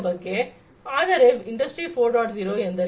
0 ಎಂದರೇನು